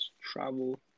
travel